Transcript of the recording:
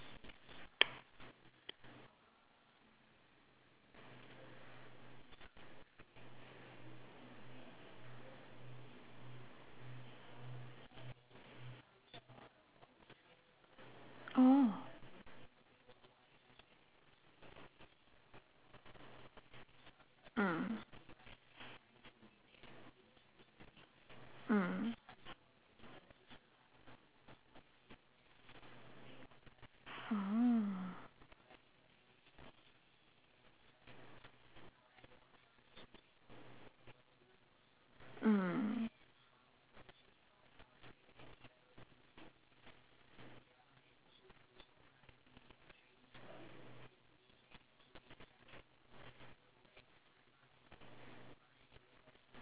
oh mm mm oh mm